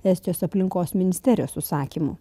estijos aplinkos ministerijos užsakymu